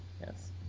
Yes